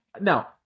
Now